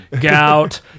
gout